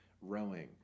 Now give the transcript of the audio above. rowing